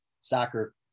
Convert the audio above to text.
soccer